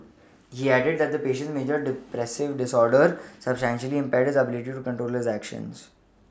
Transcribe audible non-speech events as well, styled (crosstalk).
(noise) he added that his patient's major depressive disorder substantially impaired his ability to control his actions